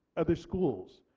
other schools.